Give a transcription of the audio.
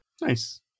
Nice